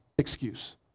excuse